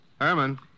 Herman